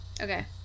Okay